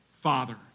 Father